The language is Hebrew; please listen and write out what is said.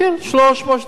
300,000 שקל.